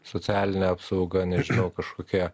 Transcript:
socialinė apsauga nežinau kažkokie